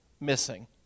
missing